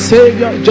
Savior